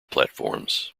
platforms